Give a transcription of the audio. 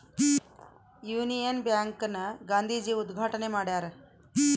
Union bank ನ ಗಾಂಧೀಜಿ ಉದ್ಗಾಟಣೆ ಮಾಡ್ಯರ